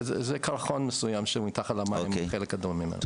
זה קרחון מסוים שהוא מתחת למים בחלק גדול ממנו.